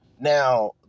Now